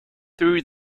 through